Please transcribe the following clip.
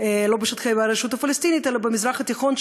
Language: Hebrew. לא בשטחי הרשות הפלסטינית אלא במזרח התיכון,